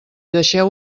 deixeu